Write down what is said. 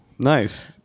Nice